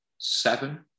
seven